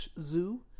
Zoo